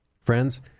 friends